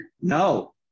no